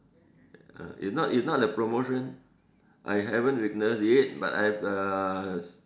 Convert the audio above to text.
uh it's not it's not a promotion I haven't witnessed it but I've uh